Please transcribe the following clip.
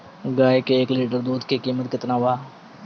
गाए के एक लीटर दूध के कीमत केतना बा?